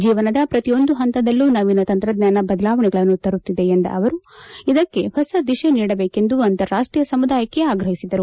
ಜೀವನದ ಪ್ರತಿಯೊಂದು ಪಂತದಲ್ಲೂ ನವೀನ ತಂತ್ರಜ್ಞಾನ ಬದಲಾವಣೆಗಳನ್ನು ತರುತ್ತಿದೆ ಎಂದ ಅವರು ಇದಕ್ಕೆ ಹೊಸ ದಿತೆ ನೀಡಬೇಕೆಂದು ಅಂತಾರಾಷ್ಟೀಯ ಸಮುದಾಯಕ್ಕೆ ಆಗ್ರಹಿಸಿದರು